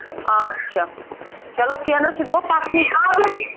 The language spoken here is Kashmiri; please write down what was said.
اچھا چلو کیٚنٛہہ نہٕ حظ سُہ گوٚو پَسنٛدٕے